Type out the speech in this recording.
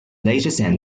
leisure